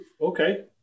Okay